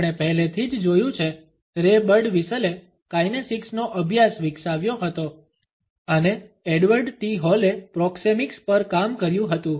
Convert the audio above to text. આપણે પહેલેથી જ જોયું છે રે બર્ડવ્હિસલે કાઇનેસિક્સ નો અભ્યાસ વિકસાવ્યો હતો અને એડવર્ડ ટી હોલે પ્રોક્સેમિક્સ પર કામ કર્યું હતું